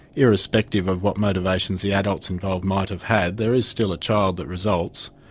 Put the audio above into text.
irrespective of what motivations the adults involved might have had, there is still a child that results,